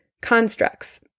Constructs